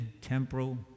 temporal